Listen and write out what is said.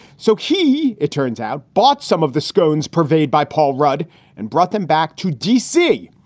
so he, it turns out, bought some of the scones purveyed by paul rudd and brought them back to d c,